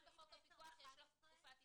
גם בחוק הפיקוח יש לך תקופת הסתגלות.